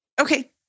Okay